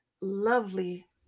lovely